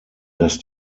dass